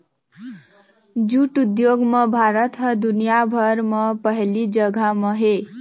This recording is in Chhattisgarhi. जूट उद्योग म भारत ह दुनिया भर म पहिली जघा म हे